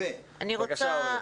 בבקשה, אורלי.